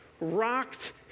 rocked